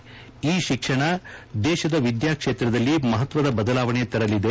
E ಶಿಕ್ಷಣ ದೇಶದ ವಿದ್ಯಾ ಕ್ಷೇತ್ರದಲ್ಲಿ ಮಹತ್ವದ ಬದಲಾವಣೆ ತರಲಿದೆ